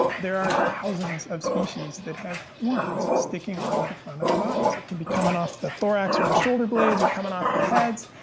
there are thousands of species that have horns sticking off the front of their bodies. it can be coming off the thorax or the shoulder blades or coming off the heads.